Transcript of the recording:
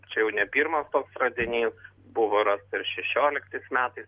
čia jau ne pirmas toks radinys buvo rasta ir šešioliktais metais